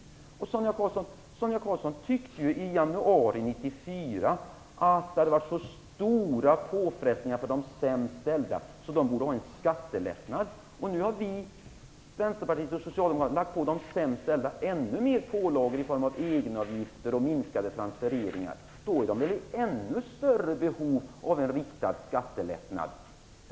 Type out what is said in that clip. Så sent som i januari 1994 tyckte ju Sonia Karlsson att det varit så stora påfrestningar för de sämst ställda att de borde få en skattelättnad. Men nu har vi, Vänsterpartiet och Socialdemokraterna, påfört de sämst ställda ännu mer pålagor i form av egenavgifter och minskade transfereringar. Då är väl dessa grupper i ännu större behov av en riktad skattelättnad.